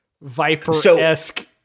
viper-esque